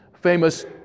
famous